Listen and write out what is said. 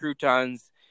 croutons